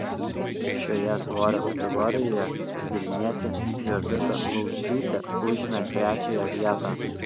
šioje svorio kategorijoje vilnietė jovita lauciūtė užėmė trečiąją vietą